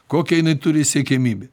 kokia jinai turi siekiamybę